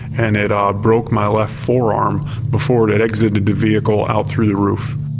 and it um broke my left forearm before it it exited the vehicle out through the roof.